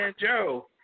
Joe